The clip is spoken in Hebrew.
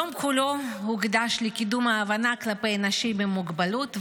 היום כולו הוקדש לקידום ההבנה כלפי אנשים עם מוגבלות,